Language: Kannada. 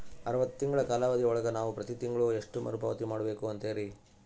ಅರವತ್ತು ತಿಂಗಳ ಕಾಲಾವಧಿ ಒಳಗ ನಾವು ಪ್ರತಿ ತಿಂಗಳು ಎಷ್ಟು ಮರುಪಾವತಿ ಮಾಡಬೇಕು ಅಂತೇರಿ?